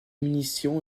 munitions